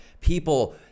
people